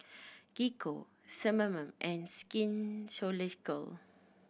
Gingko Sebamed and Skin Ceuticals